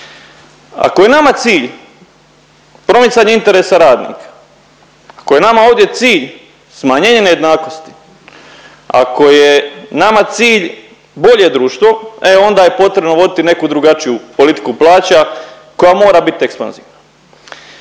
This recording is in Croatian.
Ako je nama cilj promicanje interesa radnika, ako je nama ovdje cilj smanjenje nejednakosti, ako je nama cilj bolje društvo, e onda je potrebno voditi neku drugačiju politiku plaća koja mora biti ekspanzivna.